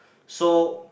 so